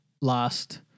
last